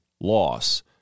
loss